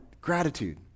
gratitude